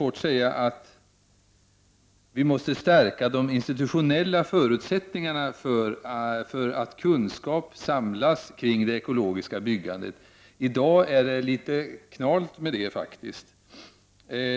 Vi måste stärka de institutionella förutsättningarna för att samla kunskap kring det ekologiska byggandet. I dag är det faktiskt litet knalt med det.